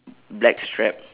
black strap